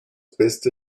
beste